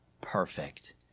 perfect